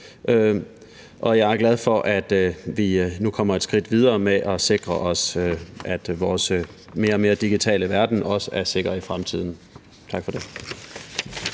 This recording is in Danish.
og jeg er glad for, at vi nu kommer et skridt videre med at sikre os, at vores mere og mere digitale verden også er sikker i fremtiden. Tak for det.